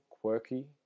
quirky